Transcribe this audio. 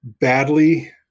badly